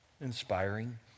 inspiring